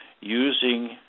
using